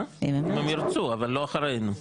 אם הם ירצו, אבל לא אחרינו.